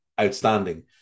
outstanding